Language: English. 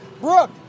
Brooke